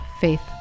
faith